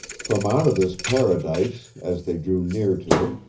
from out of this paradise, as they drew near to it,